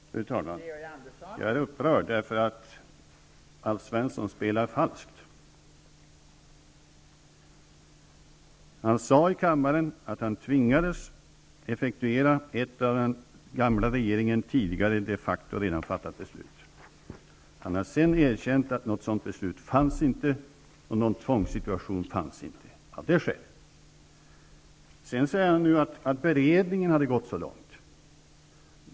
Fru talman! Jag är upprörd därför att Alf Svensson spelar falskt. Han sade i kammaren att han ''tvingades att effektuera ett av den tidigare regeringen de facto redan fattat beslut''. Han har sedan erkänt att det inte fanns något sådant beslut och inte någon tvångssituation av det skälet. Sedan säger han att beredningen hade gått så långt.